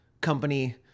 Company